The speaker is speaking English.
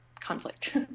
conflict